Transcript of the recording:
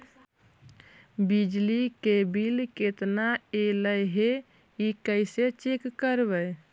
बिजली के बिल केतना ऐले हे इ कैसे चेक करबइ?